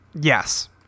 Yes